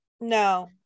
no